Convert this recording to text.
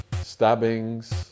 stabbings